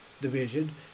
Division